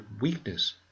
weakness